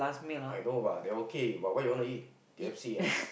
I know lah they okay but you wanna eat K_F_C ah